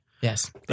Yes